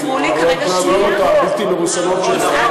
עם ההתנהגויות הבלתי-מרוסנות שלו.